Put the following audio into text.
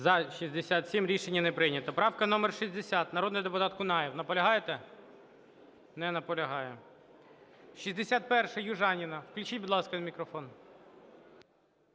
Рішення не прийнято. Правка номер 60. Народний депутат Кунаєв, наполягаєте? Не наполягає. 61-а, Южаніна. Включіть, будь ласка, мікрофон.